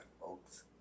folks